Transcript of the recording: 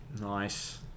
Nice